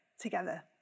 together